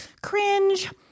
Cringe